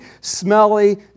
smelly